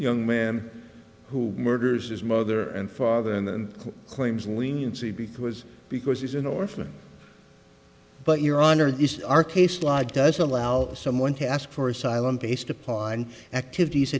young man who murders his mother and father and claims leniency because because he's an orphan but your honor this is our case law does allow someone to ask for asylum based upon activities